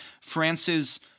France's